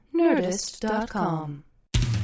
Nerdist.com